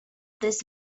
this